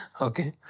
Okay